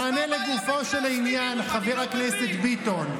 תענה לגופו של עניין, חבר הכנסת ביטון.